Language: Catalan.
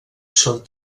són